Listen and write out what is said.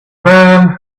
man